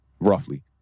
roughly